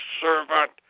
servant